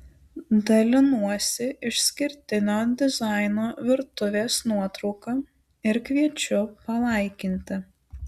dalinuosi išskirtinio dizaino virtuvės nuotrauka ir kviečiu palaikinti